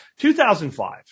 2005